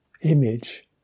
image